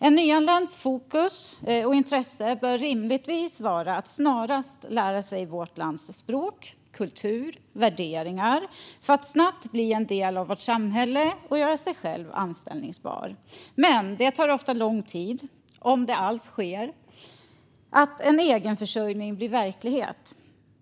En nyanländs fokus och intresse bör rimligtvis vara att snarast lära sig vårt lands språk, kultur och värderingar för att snabbt bli en del av vårt samhälle och göra sig själv anställbar. Men det tar ofta lång tid, om det alls sker, att en egenförsörjning blir verklighet.